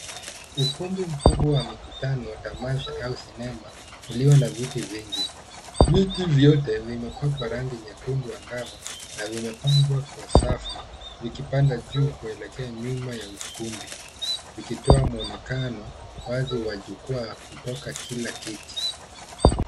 Ukumbi mkubwa wa mikutano wa tamasha au sinema ukiwa na viti vingi. Viti vyote vimepakwa rangi nyekundu angavu na vimepangwa kwa safu vikipanda juu kuelekea nyuma ya ukumbi vikitoa muonekano wazi wa jukwaa kutoka kila kiti.